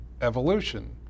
evolution